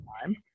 time